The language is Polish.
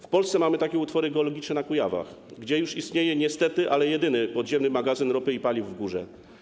W Polsce mamy takie utwory geologiczne na Kujawach, gdzie już istnieje, niestety jedyny, Podziemny Magazyn Ropy i Paliw w Górze.